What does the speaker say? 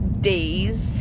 days